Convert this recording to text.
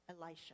Elisha